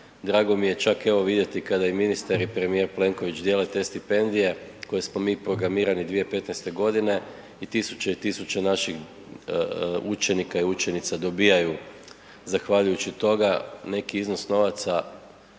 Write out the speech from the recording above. Drago mi je čak evo vidjeti kada i ministar i premijer Plenković dijele te stipendije koje smo mi .../Govornik se ne razumije./... 2015. godine i tisuće i tisuće naših učenika i učenica dobivaju zahvaljujući toga neki iznos novaca